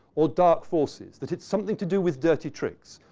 or dark forces that it's something to do with dirty tricks,